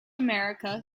america